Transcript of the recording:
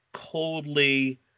coldly